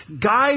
guide